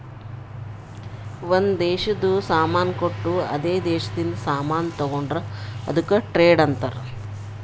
ಒಂದ್ ದೇಶದು ಸಾಮಾನ್ ಕೊಟ್ಟು ಅದೇ ದೇಶದಿಂದ ಸಾಮಾನ್ ತೊಂಡುರ್ ಅದುಕ್ಕ ಟ್ರೇಡ್ ಅಂತಾರ್